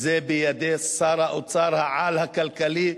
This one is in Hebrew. זה בידי שר-אוצר-העל הכלכלי,